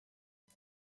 ist